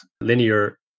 linear